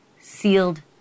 sealed